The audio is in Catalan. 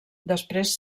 després